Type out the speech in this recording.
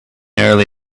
early